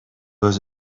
lose